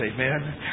amen